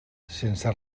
sense